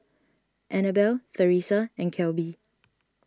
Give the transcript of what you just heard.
Anabelle theresa and Kelby